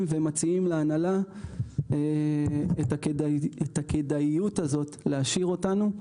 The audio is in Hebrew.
ומציעים להנהלה את הכדאיות הזאת להשאיר אותנו.